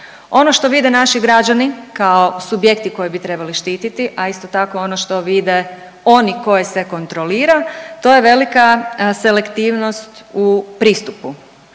Ono što vide naši građani kao subjekti koje bi trebali štititi, a isto tako ono što vide oni koje se kontrolira to je velika selektivnost u pristupu.